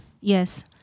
Yes